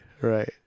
right